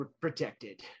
protected